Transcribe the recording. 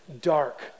dark